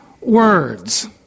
words